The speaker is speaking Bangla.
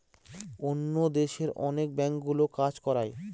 অন্য দেশে অনেক ব্যাঙ্কগুলো কাজ করায়